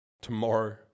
tomorrow